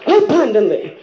abundantly